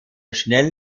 schnell